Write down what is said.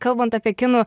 kalbant apie kinų